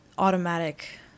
automatic